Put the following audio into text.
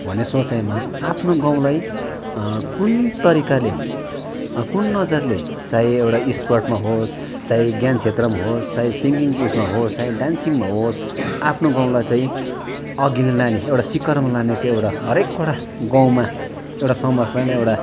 भन्ने सोचाइमा आफ्नो गाउँलाई कुन तरिकाले कुन नजरले चाहे एउटा स्पोर्टमा होस् चाहे ज्ञान क्षेत्रमा होस् चाहे सिङ्गिङको उसमा होस् चाहे डान्सिङमा होस् आफ्नो गाउँलाई चाहिँ अघि लाने एउटा शिखरमा लाने चाहिँ एउटा हरेक एउटा गाउँमा एउटा समाजलाई नै एउटा